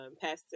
Pastor